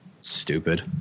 Stupid